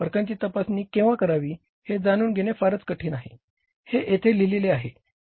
फरकांची तपासणी केव्हा करावी हे जाणून घेणे फार कठीण आहे हे येथे लिहिलेले आहे